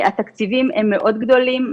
התקציבים הם מאוד גדולים.